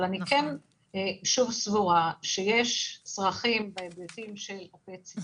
אני סבורה שיש צרכים של PET CT